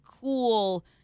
cool